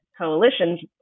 coalition's